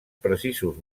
precisos